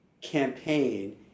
campaign